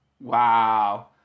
Wow